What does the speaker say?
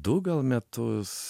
du gal metus